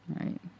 Right